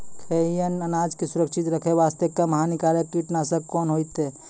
खैहियन अनाज के सुरक्षित रखे बास्ते, कम हानिकर कीटनासक कोंन होइतै?